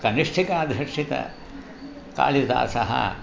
कनिष्ठिकाधिष्ठितः कालिदासः